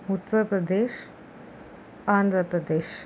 Uttar Pradesh Andhra Pradesh